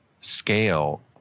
scale